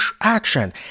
action